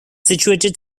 situated